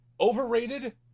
overrated